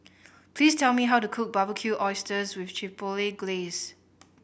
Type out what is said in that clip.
please tell me how to cook Barbecued Oysters with Chipotle Glaze